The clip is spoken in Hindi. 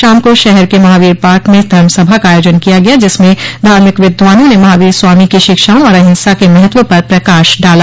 शाम को शहर के महावीर पार्क में धर्मसभा का आयोजन किया गया जिसमें धार्मिक विद्वानों ने महावीर स्वामी की शिक्षाओं और अहिंसा के महत्व पर प्रकाश डाला